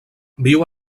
viu